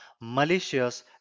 malicious